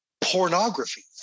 pornography